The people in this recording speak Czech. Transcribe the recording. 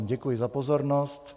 Děkuji vám za pozornost.